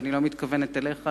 ואני לא מתכוונת אליך,